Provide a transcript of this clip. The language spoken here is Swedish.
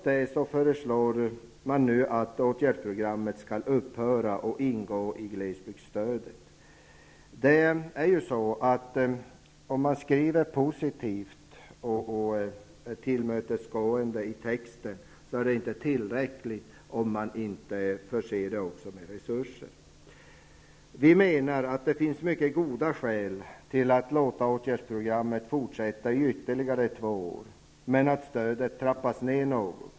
Det är inte tillräckligt att enbart skriva en positiv och tillmötesgående text om det inte även ges resurser. Det finns goda skäl att låta åtgärdsprogrammet förlängas i ytterligare två år men att stödet trappas ner något.